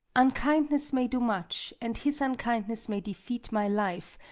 unkindness may do much and his unkindness may defeat my life,